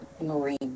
marine